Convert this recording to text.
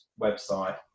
website